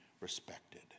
respected